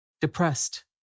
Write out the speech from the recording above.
depressed